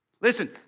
Listen